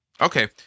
Okay